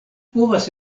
povas